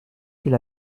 qu’il